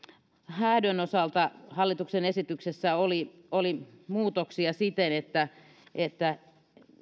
häädön osalta hallituksen esityksessä oli muutoksia siten että että